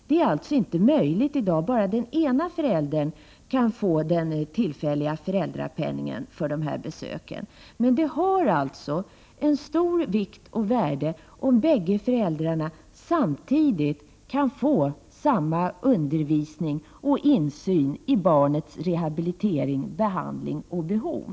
Det är alltså inte möjligt i dag. Bara den ena föräldern kan få tillfällig föräldrapenning vid dessa besök. Det är emellertid av stort värde om båda föräldarna samtidigt kan få samma undervisning och insyn i barnens rehabilitering, behandling och behov.